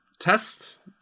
test